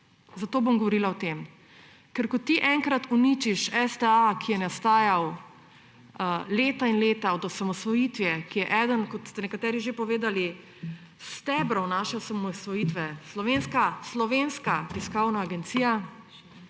zato bom govorila o tem. Ker ko ti enkrat uničiš STA, ki je nastajal leta in leta od osamosvojitve, ki je eden, kot ste nekateri že povedali, od stebrov naše osamosvojitve, Slovenska tiskovna agencija,